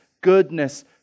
goodness